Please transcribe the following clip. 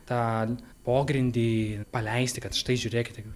tą pogrindį paleisti kad štai žiūrėkite